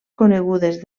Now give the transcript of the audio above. conegudes